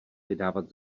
vydávat